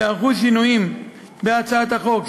ייערכו שינויים בהצעת החוק,